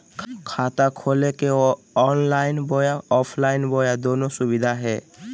खाता खोले के ऑनलाइन बोया ऑफलाइन बोया दोनो सुविधा है?